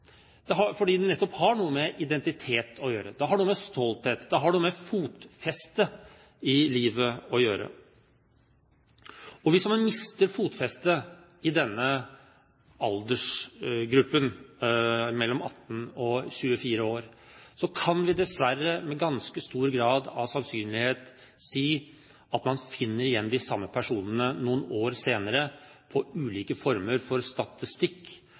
fordi det nettopp har noe med identitet å gjøre, det har noe med stolthet å gjøre, det har noe med fotfeste i livet å gjøre. Hvis man mister fotfestet i denne alderen – mellom 18 og 24 år – kan vi dessverre med ganske stor grad av sannsynlighet si at man finner igjen de samme personene noen år senere i ulike former for statistikk,